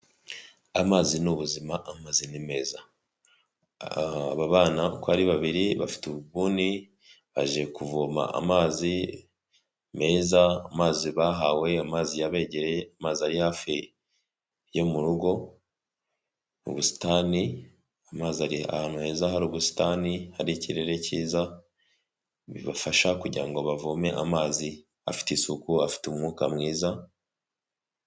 Amazi ni ubuzima, amazi ni meza. Aba bana uko ari babiri bafite ububuni, baje kuvoma amazi meza, amazi bahawe, amazi yabegereye, amazi ari hafi yo mu rugo mu busitani, amazi ari ahantu heza hari ubusitani, hari ikirere cyiza, bibafasha kugira ngo bavome amazi afite isuku, afite umwuka mwiza